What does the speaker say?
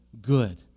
good